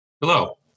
Hello